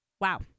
Wow